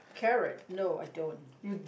carrot no I don't